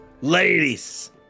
ladies